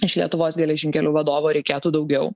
iš lietuvos geležinkelių vadovo reikėtų daugiau